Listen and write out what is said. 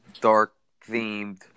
dark-themed